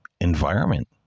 environment